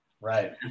right